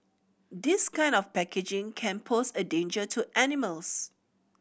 this kind of packaging can pose a danger to animals